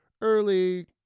early